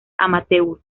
amateurs